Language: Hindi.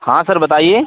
हाँ सर बताइए